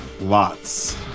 Lots